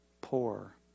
poor